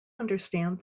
understand